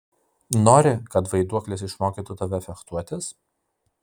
nori kad vaiduoklis išmokytų tave fechtuotis